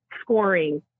scoring